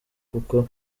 kuko